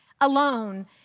alone